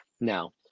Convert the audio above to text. Now